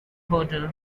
hotel